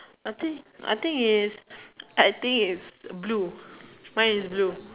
I think I think is I think is blue mine is blue